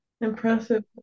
Impressive